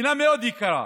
מדינה מאוד יקרה.